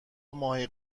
ماهی